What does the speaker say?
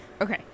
Okay